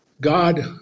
God